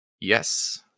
Yes